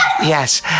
Yes